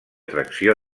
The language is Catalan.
tracció